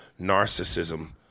narcissism